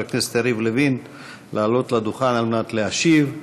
הכנסת יריב לוין לעלות לדוכן על מנת להשיב.